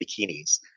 bikinis